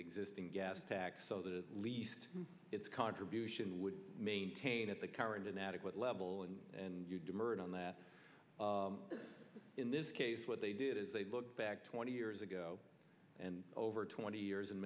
the existing gas tax so that at least its contribution would maintain at the current inadequate level and you demurred on that in this case what they did is they looked back twenty years ago and over twenty years in